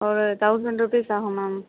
ஒரு thousand rupees ஆகும் ma'am